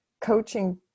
coaching